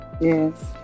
Yes